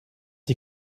die